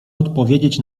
odpowiedzieć